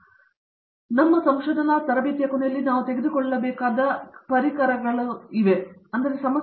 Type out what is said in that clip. professor Srikanth Vedantam ನಮ್ಮ ಸಂಶೋಧನಾ ತರಬೇತಿಯ ಕೊನೆಯಲ್ಲಿ ನಾವು ತೆಗೆದುಕೊಳ್ಳಬೇಕಾದ ಪರಿಕರಗಳು ಪರಿಕರಗಳಾಗಿವೆ